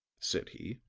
said he.